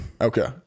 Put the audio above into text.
Okay